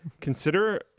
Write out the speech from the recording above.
consider